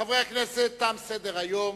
חברי הכנסת, תם סדר-היום.